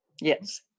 yes